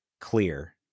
clear